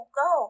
go